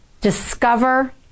discover